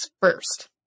first